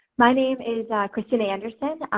my name is kristina anderson.